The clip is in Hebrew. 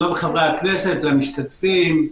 שלום חברי הכנסת והמשתתפים.